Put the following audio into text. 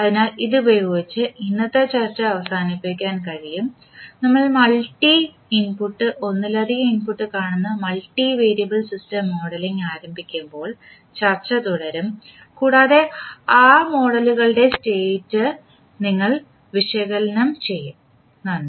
അതിനാൽ ഇതുപയോഗിച്ച് ഇന്നത്തെ ചർച്ച അവസാനിപ്പിക്കാൻ കഴിയും നമ്മൾ മൾട്ടി ഇൻപുട്ട് ഒന്നിലധികം ഔട്ട്പുട്ട് കാണുന്ന മൾട്ടി വേരിയബിൾ സിസ്റ്റം മോഡലിംഗ് ആരംഭിക്കുമ്പോൾ ചർച്ച തുടരും കൂടാതെ ആ മോഡലുകളുടെ സെറ്റ് നിങ്ങൾ വിശകലനം ചെയ്യും നന്ദി